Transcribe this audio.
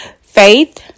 faith